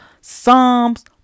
Psalms